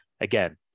again